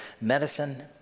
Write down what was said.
medicine